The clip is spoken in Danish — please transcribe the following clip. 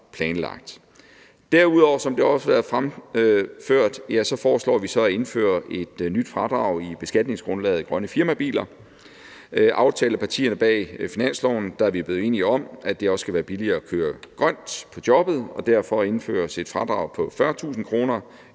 planlagt. Derudover foreslår vi, som det også har været fremført, at indføre et nyt fradrag i beskatningsgrundlaget for grønne firmabiler. Aftalepartierne bag finansloven er blevet enige om, at det også skal være billigere at køre grønt på jobbet, og derfor indføres et fradrag på 40.000 kr.